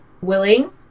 willing